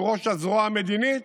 שהוא ראש הזרוע המדינית